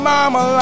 Mama